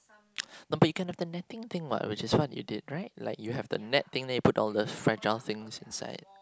but we can have the netting thing what which is what we did right like you have the net thing then we put all the fragile things inside